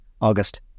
August